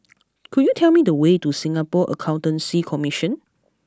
could you tell me the way to Singapore Accountancy Commission